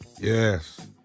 Yes